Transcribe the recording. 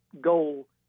goal